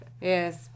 Yes